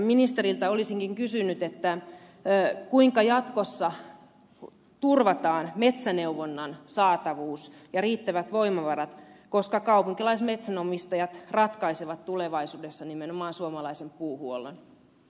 ministeriltä olisinkin kysynyt kuinka jatkossa turvataan metsäneuvonnan saatavuus ja riittävät voimavarat koska kaupunkilaismetsänomistajat ratkaisevat tulevaisuudessa nimenomaan suomalaisen puuhuollon